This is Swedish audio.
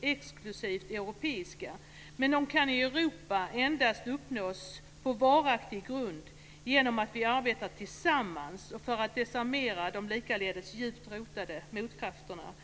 exklusivt europeiska, men de kan i Europa endast uppnås på varaktig grund genom att vi arbetar tillsammans för att desarmera de likaledes djupt rotade motkrafterna.